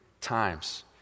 times